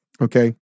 Okay